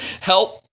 help